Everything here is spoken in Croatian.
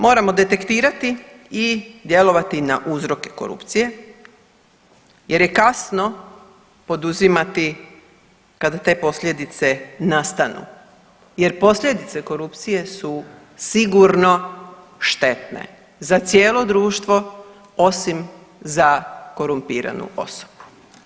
Moramo detektirati i djelovati na djelovati na uzroke korupcije jer je kasno poduzimati kada te posljedice nastanu jer posljedice korupcije su sigurno štetne za cijelo društvo osim za korumpiranu osobu.